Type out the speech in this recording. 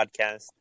podcast